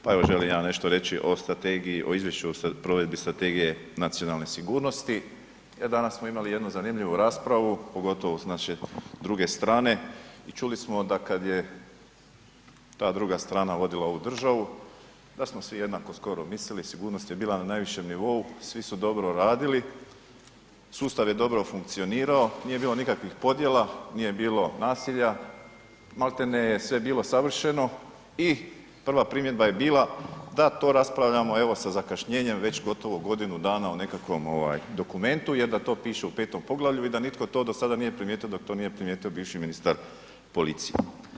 Pa evo želim ja nešto reći o strategiji, o Izvješću o provedbi Strategije nacionalne sigurnosti jer danas smo imali jednu zanimljivu raspravu pogotovo s naše druge strane i čuli smo da kada je ta druga strana vodila ovu državu da smo svi jednako skoro mislili, sigurnosti je bila na najvišem nivou, svi su dobro radili, sustav je dobro funkcionirao, nije bilo nikakvih podjela, nije bilo nasilja, maltene je sve bilo savršeno i prva primjedba je bila da to raspravljamo evo sa zakašnjenjem već gotovo godinu dana o nekakvom dokumentu jer da to piše u V. poglavlju i da nitko to do sada nije primjetio dok to nije primijetio bivši ministar policije.